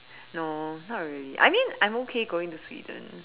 no not really I mean I'm okay going to Sweden